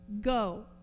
go